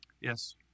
Yes